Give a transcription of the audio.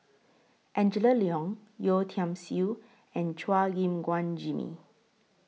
Angela Liong Yeo Tiam Siew and Chua Gim Guan Jimmy